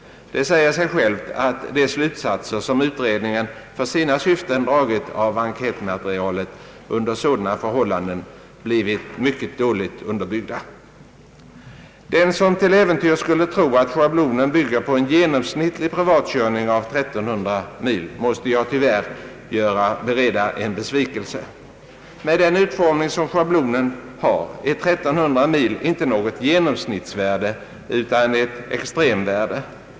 Det säger sig självt att de slutsatser som utredningen för sina syften dragit av enkätmaterialet under sådana förhållanden blivit mycket dåligt underbyggda. Den som till äventyrs skulle tro att schablonen bygger på en genomsnittlig privatkörning av 1300 mil måste jag tyvärr bereda en besvikelse. Med den utformning som schablonen har är 1 300 mil inte något genomsnittsvärde utan ett extremvärde.